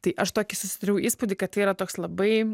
tai aš tokį susidariau įspūdį kad tai yra toks labai